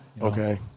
Okay